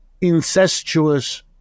incestuous